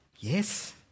Yes